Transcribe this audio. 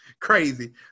crazy